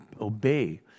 obey